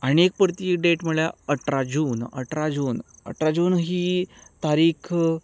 आनी एक परती डेट म्हळ्यार अठरा जून अठरा जून ही तारीख